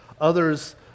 Others